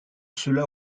cela